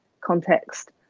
context